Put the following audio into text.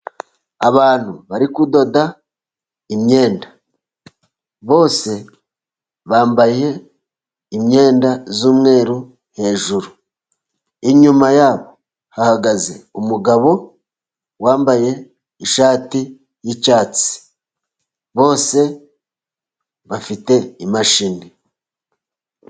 Abantu bari kudoda imyenda bose bambaye imyenda y'umweru hejuru, inyuma yabo hahagaze umugabo wambaye ishati y'icyatsi, bose bafite imashini.